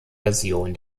version